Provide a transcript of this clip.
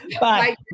Bye